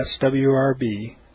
swrb